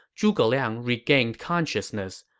zhuge liang regained consciousness,